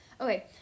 Okay